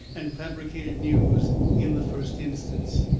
and fabricated news in the first instance.